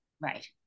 Right